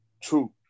true